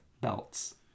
belts